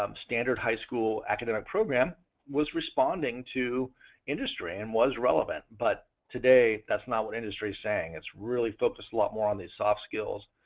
um standard high school academic program was responding to industry and was relevant. but today that's not what industry is saying, it's really focused a lot more on these soft skills.